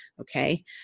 okay